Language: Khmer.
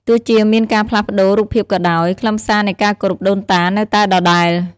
ទោះជាមានការផ្លាស់ប្ដូររូបភាពក៏ដោយ ខ្លឹមសារនៃការគោរពដូនតានៅតែដដែល។